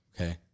Okay